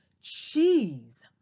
cheese